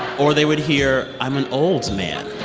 or they would hear i'm an old man